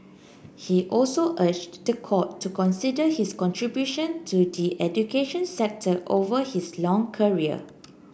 he also urged the court to consider his contribution to the education sector over his long career